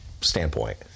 standpoint